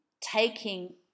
taking